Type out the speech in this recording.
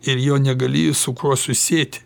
ir jo negali su kuo susieti